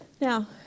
Now